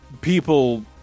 people